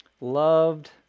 Loved